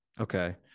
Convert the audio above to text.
Okay